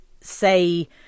say